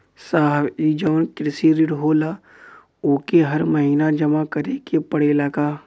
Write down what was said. साहब ई जवन कृषि ऋण होला ओके हर महिना जमा करे के पणेला का?